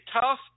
tough